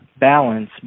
balance